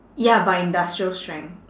ya but industrial strength